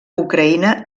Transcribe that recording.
ucraïna